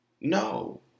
No